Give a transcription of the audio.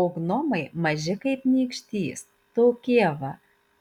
o gnomai maži kaip nykštys tokie va